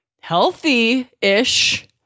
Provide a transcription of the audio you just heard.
healthy-ish